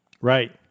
Right